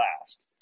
last